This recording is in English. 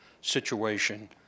situation